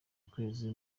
ukwezi